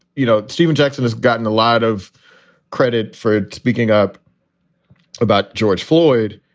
you know, stephen jackson has gotten a lot of credit for speaking up about george floyd.